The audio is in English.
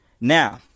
Now